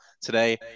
today